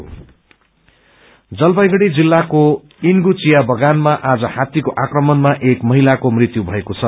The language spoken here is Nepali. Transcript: एटेक जलपाईगुङी जिल्लाको इनगु चिया बगामा आज हतेको आक्रमणमा एक महिलाको मृत्यु भएको छ